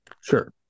Sure